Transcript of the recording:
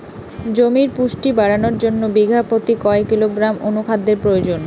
জমির পুষ্টি বাড়ানোর জন্য বিঘা প্রতি কয় কিলোগ্রাম অণু খাদ্যের প্রয়োজন?